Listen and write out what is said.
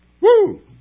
Woo